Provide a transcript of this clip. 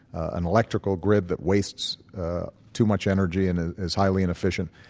an electrical grid that wastes too much energy and is highly inefficient,